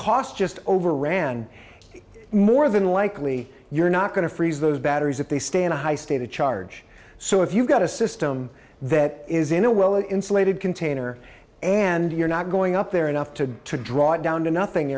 cost just overran more than likely you're not going to freeze those batteries if they stay in a high state of charge so if you've got a system that is in a well insulated container and you're not going up there enough to to drop down to nothing